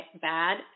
Bad